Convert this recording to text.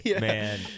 man